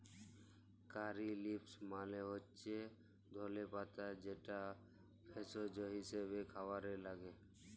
কারী leaves মালে হচ্যে ধলে পাতা যেটা ভেষজ হিসেবে খাবারে লাগ্যে